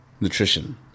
nutrition